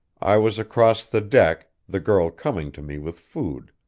i was across the deck, the girl coming to me with food.